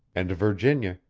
and virginia,